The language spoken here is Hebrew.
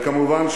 וכמובן,